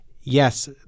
Yes